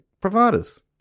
providers